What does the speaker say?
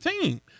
team